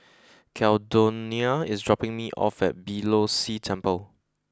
Caldonia is dropping me off at Beeh Low See Temple